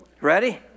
Ready